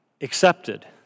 accepted